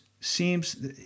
seems